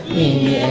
e.